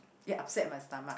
it upset my stomach